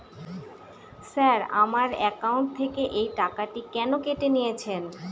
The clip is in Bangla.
স্যার আমার একাউন্ট থেকে এই টাকাটি কেন কেটে নিয়েছেন?